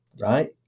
right